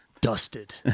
dusted